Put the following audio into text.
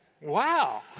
wow